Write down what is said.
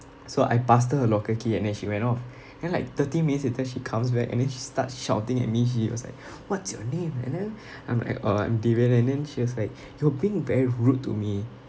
so I passed her her locker key and then she went off and then like thirty minutes later she comes back and then she start shouting at me she was like what's your name and then I'm like uh I'm devin and then she was like you're being very rude to me